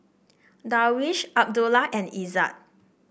Darwish Abdullah and Izzat